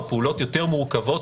או פעולות יותר מורכבות,